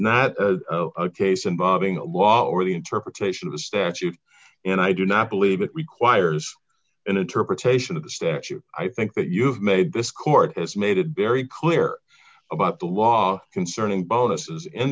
not a case involving a law or the interpretation of the statute and i do not believe it requires an interpretation of the statute i think that you've made this court has made it very clear about the law concerning bonuses